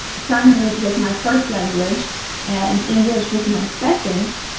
sign language was my first language and english was my second,